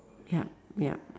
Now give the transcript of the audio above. yup yup